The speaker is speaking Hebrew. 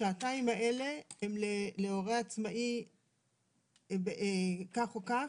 השעתיים האלה הם להורה עצמאי כך או כך?